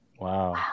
Wow